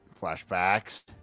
Flashbacks